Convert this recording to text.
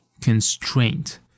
constraint